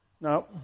No